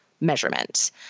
measurement